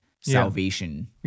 salvation